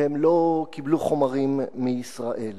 והם לא קיבלו חומרים מישראל.